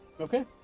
Okay